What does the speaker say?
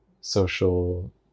social